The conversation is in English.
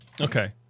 Okay